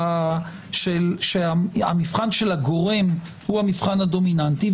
של הגורם הוא המבחן הדומיננטי,